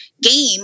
game